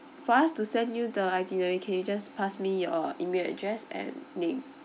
for us to send you the itinerary can you just pass me your email address and name